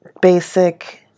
basic